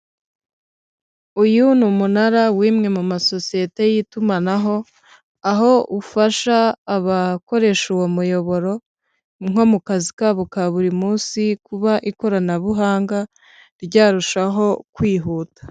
Uyu n'umunara w'imwe muma sosiyete y'itumanaho, aho ufasha abakoresha uwo muyoboro nko mu kazi kabo ka buri munsi kuba ikoranabuhanga ryarushaho kwihuta.